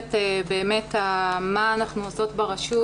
לרזולוציית באמת המה אנחנו עושות ברשות,